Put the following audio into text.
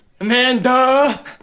Amanda